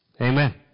Amen